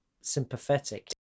sympathetic